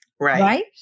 Right